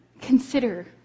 consider